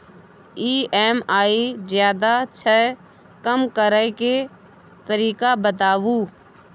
EMI ज्यादा छै कम करै के तरीका बताबू?